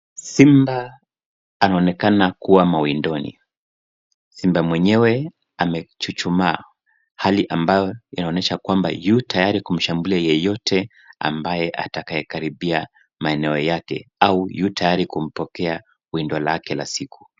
Simba anaonekana kuwa mawindoni, simba mwenyewe amechuchumaa. Hali ambayo yanaonyesha kwamba yu tayari kumshambulia yeyote ambaye atakaye karibia maeneo yake, au yu tayari kumpokea windo lake la siku.